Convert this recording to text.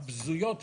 הבזויות,